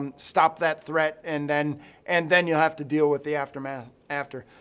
um stop that threat. and then and then you'll have to deal with the aftermath after.